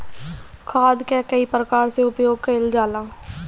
खाद कअ कई प्रकार से उपयोग कइल जाला